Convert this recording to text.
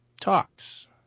talks